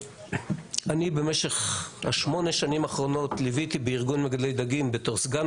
אני במשך שמונה השנים האחרונות ליוויתי בארגון מגדלי דגים בתור סגן